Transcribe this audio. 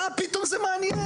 אה, פתאום זה מעניין?